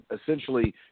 essentially